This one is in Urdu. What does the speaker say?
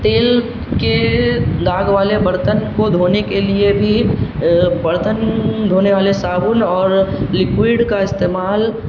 تیل کے داغ والے برتن کو دھونے کے لیے بھی برتن دھونے والے صابن اور لکوئڈ کا استعمال